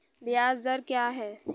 ब्याज दर क्या है?